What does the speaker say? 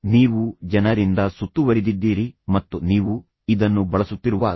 ನೀವು ಜನರಿಂದ ಸುತ್ತುವರಿದಿದ್ದೀರಿ ಮತ್ತು ನೀವು ಇದನ್ನು ಬಳಸುತ್ತಿರುವಾಗ